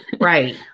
Right